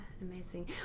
amazing